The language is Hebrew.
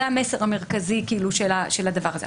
זה המסר המרכזי של הדבר הזה.